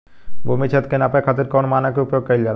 भूमि क्षेत्र के नापे खातिर कौन मानक के उपयोग कइल जाला?